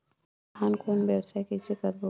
धान कौन व्यवसाय कइसे करबो?